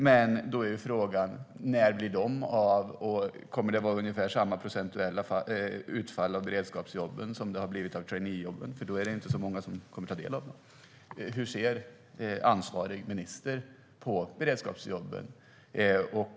Men då är frågan: När blir de av, och kommer det att bli ungefär samma procentuella utfall av beredskapsjobben som det har blivit av traineejobben? I så fall blir det inte så många som kommer att ta del av dem. Hur ser ansvarig minister på beredskapsjobben?